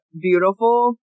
beautiful